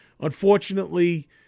unfortunately